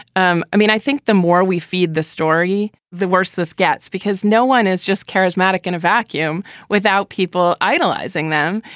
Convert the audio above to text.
um i mean, i think the more we feed the story, the worse this gets, because no one is just charismatic in a vacuum without people idolizing them.